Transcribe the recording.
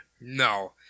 No